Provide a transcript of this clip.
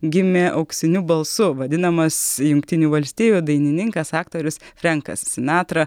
gimė auksiniu balsu vadinamas jungtinių valstijų dainininkas aktorius frenkas sinatra